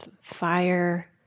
fire